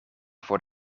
voor